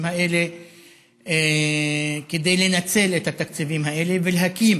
האלה כדי לנצל את התקציבים האלה ולהקים